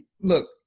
look